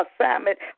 assignment